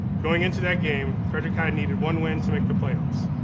going into that game, frederick high needed one win to make the playoffs.